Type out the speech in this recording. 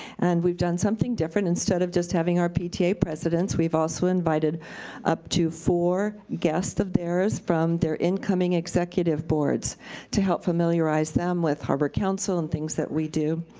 and we've done something different, instead of just having our pta presidents, we've also invited up to four guests of theirs from their incoming executive boards to help familiarize them with harbor council and things that we do.